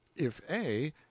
if a,